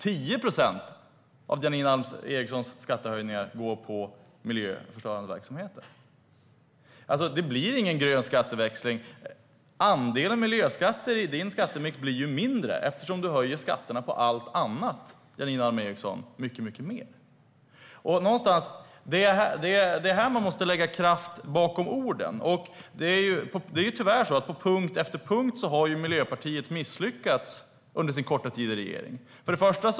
10 procent av Janine Alm Ericsons skattehöjningar är på miljöförstörande verksamheter. Det blir alltså ingen grön skatteväxling. Andelen miljöskatter i Janine Alm Ericsons skattemix blir mindre eftersom hon höjer skatterna på allt annat mycket mer. Det är här man måste lägga kraft bakom orden. Miljöpartiet har på punkt efter punkt tyvärr misslyckats under sin korta tid i regeringen.